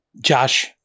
Josh